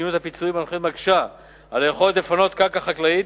מדיניות הפיצויים הנוכחית מקשה על היכולת לפנות קרקע חקלאית,